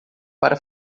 para